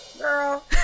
Girl